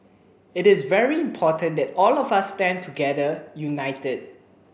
it is very important that all of us stand together united